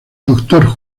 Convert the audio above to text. doctor